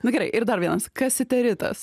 nu gerai ir dar vienas kasitaritas